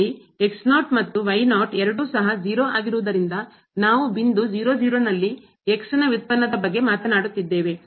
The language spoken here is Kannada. ಇಲ್ಲಿ ಮತ್ತು ಎರಡು ಸಹ 0 ಆಗಿರುವುದರಿಂದ ನಾವು ಬಿಂದು ನಲ್ಲಿ ನ ವ್ಯುತ್ಪನ್ನ ದ ಬಗ್ಗೆ ಮಾತನಾಡುತ್ತಿದ್ದೇವೆ